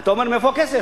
אתה אומר מאיפה הכסף?